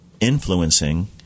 influencing